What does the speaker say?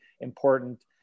important